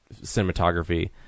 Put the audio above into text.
cinematography